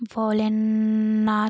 Bholenath